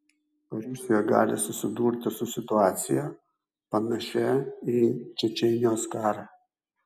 rusija gali susidurti su situacija panašia į čečėnijos karą